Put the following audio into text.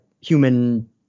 human